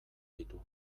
ditu